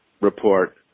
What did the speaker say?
report